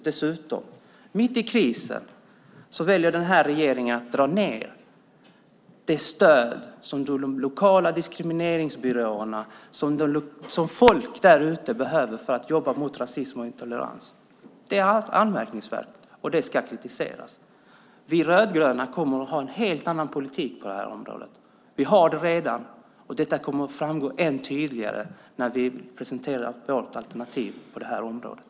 Dessutom väljer regeringen nu mitt i krisen att dra ned det stöd som de lokala antidiskrimineringsbyråerna och folk där ute behöver för att jobba mot rasism och intolerans. Det är anmärkningsvärt, och det ska kritiseras. Vi rödgröna kommer att ha en helt annan politik på området. Vi har det redan, och det kommer att framgå ännu tydligare när vi presenterar vårt alternativ på området.